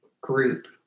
group